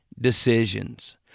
decisions